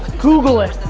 google it!